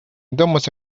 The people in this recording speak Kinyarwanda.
ndamutse